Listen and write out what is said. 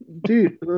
Dude